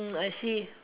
oh I see